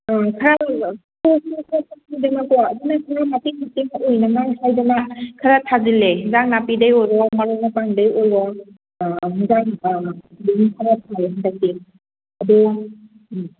ꯀꯣ ꯑꯗꯨꯅꯁꯨ ꯃꯇꯦꯡ ꯃꯇꯦꯡ ꯈꯔ ꯑꯣꯏꯅꯉꯥꯏ ꯍꯥꯏꯗꯅ ꯈꯔ ꯊꯥꯖꯤꯜꯂꯦ ꯍꯤꯟꯖꯥꯡ ꯅꯥꯄꯤꯗꯩ ꯑꯣꯏꯔꯣ ꯃꯔꯣꯏ ꯃꯄꯥꯡꯗꯩ ꯑꯣꯏꯔꯣ ꯑꯥ ꯏꯟꯖꯥꯡ ꯑꯥ ꯑꯗꯨꯝ ꯈꯔ ꯊꯥꯔꯦ ꯍꯥꯟꯗꯛꯇꯤ ꯑꯗꯣ ꯎꯝ